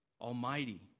almighty